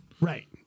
Right